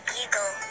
eagle